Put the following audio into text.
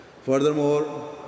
Furthermore